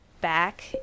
Back